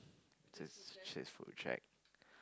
says it says food shack